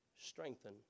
strengthen